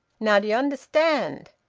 now, d'ye understand?